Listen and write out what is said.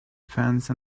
fence